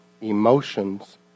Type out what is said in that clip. emotions